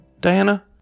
Diana